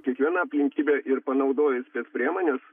kiekviena aplinkybė ir panaudojus spec priemones